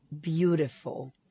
beautiful